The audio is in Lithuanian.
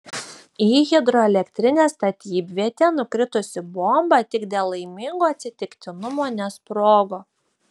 į hidroelektrinės statybvietę nukritusi bomba tik dėl laimingo atsitiktinumo nesprogo